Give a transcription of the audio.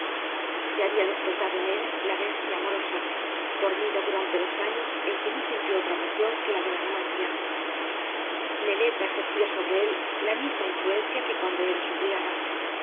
se había despertado en él la bestia amorosa dormida durante los años en que no sintió otra pasión que la de la ganancia neleta ejercía sobre él la misma influencia que cuando era su criada